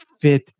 fit